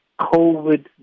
COVID